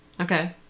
Okay